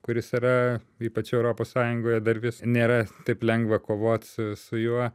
kuris yra ypač europos sąjungoje dar vis nėra taip lengva kovot su juo